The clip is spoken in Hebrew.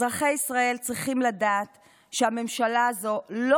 אזרחי ישראל צריכים לדעת שהממשלה הזאת לא